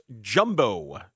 jumbo